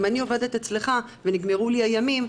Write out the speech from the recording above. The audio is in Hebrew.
נניח שאני עובדת אצלך ונגמרו לי הימים.